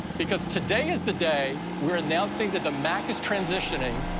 because today is the day we're announcing that the mac is transitioning.